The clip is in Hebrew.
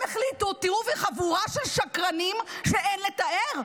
הם החליטו, ראו חבורה של שקרים שאין לתאר.